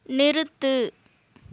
நிறுத்து